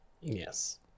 Yes